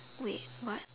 wait what